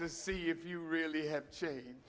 to see if you really have changed